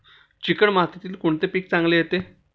Chicken मातीत कोणते पीक चांगले येते?